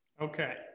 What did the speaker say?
Okay